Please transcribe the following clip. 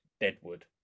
Deadwood